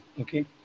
Okay